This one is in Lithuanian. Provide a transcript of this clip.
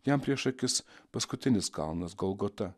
jam prieš akis paskutinis kalnas golgota